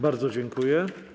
Bardzo dziękuję.